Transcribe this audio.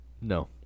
No